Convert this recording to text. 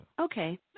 Okay